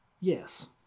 Yes